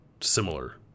similar